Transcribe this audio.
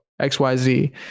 xyz